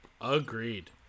Agreed